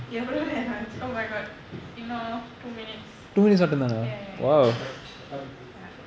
எவ்ளோநேரம்ஆச்சு:evlo neram aachu oh my god இன்னும்:innum two minutes ya ya ya ya